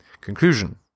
Conclusion